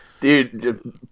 Dude